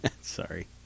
Sorry